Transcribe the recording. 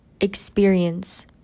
experience